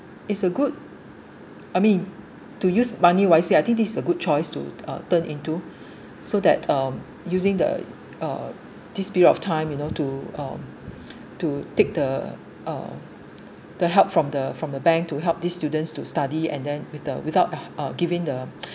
it's a good I mean to use money wisely I think this is a good choice to uh turn into so that um using the uh this period of time you know to uh to take the uh the help from the from the bank to help these students to study and then with a without giving the